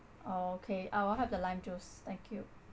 okay I'll have the lime juice thank you